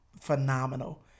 phenomenal